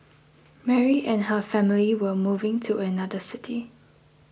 Mary and her family were moving to another city